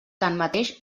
tanmateix